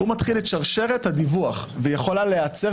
הוא מתחיל את שרשרת הדיווח והיא יכולה להיעצר